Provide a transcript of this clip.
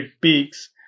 peaks